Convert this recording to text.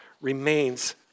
remains